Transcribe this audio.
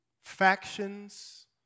factions